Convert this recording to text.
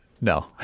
No